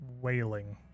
wailing